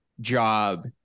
job